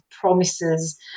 promises